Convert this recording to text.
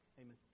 Amen